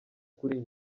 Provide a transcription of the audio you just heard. kuri